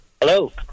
Hello